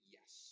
yes